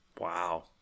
Wow